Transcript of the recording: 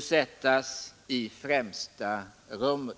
sättas i främsta rummet.